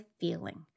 feeling